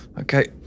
Okay